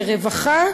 לרווחה,